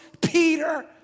Peter